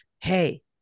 hey